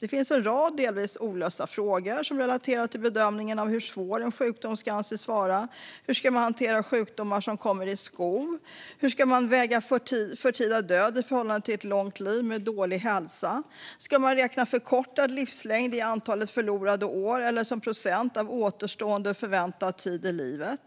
Det finns en rad delvis olösta frågor som relaterar till bedömningen av hur svår en sjukdom ska anses vara. Hur ska man hantera sjukdomar som kommer i skov? Hur ska man väga förtida död i förhållande till ett långt liv med dålig hälsa? Ska man räkna förkortad livslängd i antalet förlorade år eller som procent av återstående förväntad tid i livet?